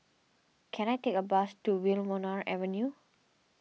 can I take a bus to Wilmonar Avenue